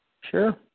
Sure